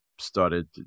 started